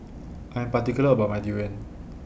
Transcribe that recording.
I Am particular about My Durian